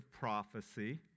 prophecy